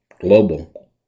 global